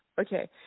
okay